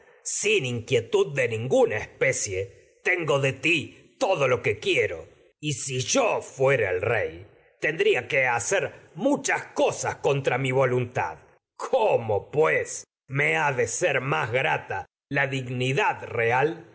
cosas de y especie tengo de ti todo lo que si fuera el rey tendría que voluntad hacer muchas me contra mi cómo pues ha y de ser más grata la dignidad real